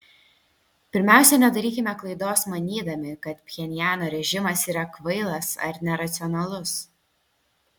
pirmiausia nedarykime klaidos manydami kad pchenjano režimas yra kvailas ar neracionalus